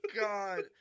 god